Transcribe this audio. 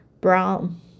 brown